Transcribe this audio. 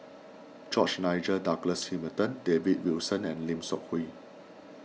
George Nigel Douglas Hamilton David Wilson and Lim Seok Hui